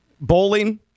Bowling